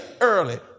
early